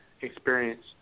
experience